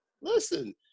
Listen